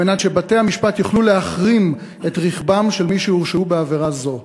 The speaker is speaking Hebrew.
על מנת שבתי-המשפט יוכלו להחרים את רכבם של מי שהורשעו בעבירה זו.